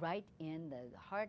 right in the heart